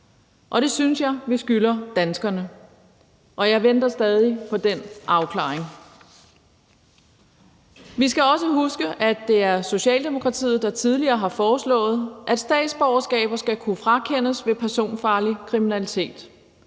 Det synes jeg vi skylder danskerne, og jeg venter stadig på den afklaring. Vi skal også huske, at det er Socialdemokratiet, der tidligere har foreslået, at statsborgerskaber skal kunne frakendes ved personfarlig kriminalitet